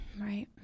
Right